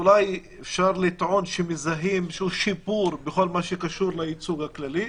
אולי אפשר לטעון שמזהים איזשהו שיפור בכל מה שקשור לייצוג הכללי,